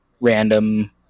random